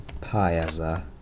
Piazza